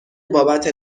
بابت